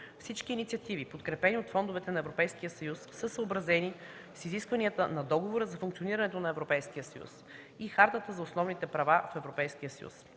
Всички инициативи, подкрепени от фондовете на Европейския съюз, са съобразени с изискванията на Договора за функционирането на Европейския съюз и Хартата за основните права в Европейския съюз.